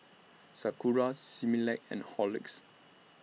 Sakura Similac and Horlicks